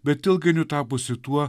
bet ilgainiui tapusi tuo